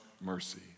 mercy